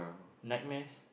nightmares